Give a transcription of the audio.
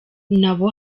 nabo